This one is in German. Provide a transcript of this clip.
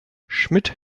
schmidt